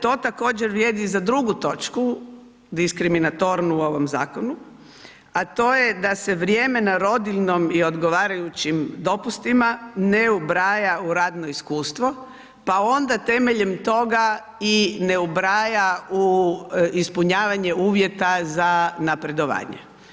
To također vrijedi i za drugu točku, diskriminatornu u ovom zakonu, a to je da se vrijeme na rodiljnom i odgovarajućim dopustima, ne ubraja u radno iskustvo, pa onda temeljem toga i ne ubraja u ispunjavanje uvjeta za napredovanje.